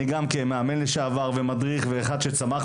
אני גם כמאמן לשעבר ומדריך ואחד שצמח